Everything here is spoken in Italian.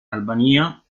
albania